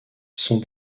sont